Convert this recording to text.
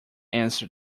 answer